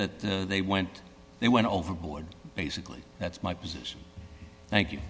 that they went they went overboard basically that's my position thank you